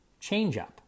changeup